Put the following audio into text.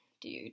dude